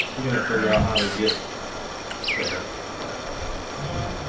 we gotta figure out how to get there but yeah